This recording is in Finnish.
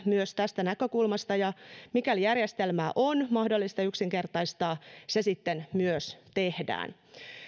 myös tästä näkökulmasta ja mikäli järjestelmää on mahdollista yksinkertaistaa se sitten myös tehdään